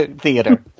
theater